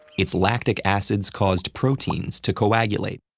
its lactic acids caused proteins to coagulate,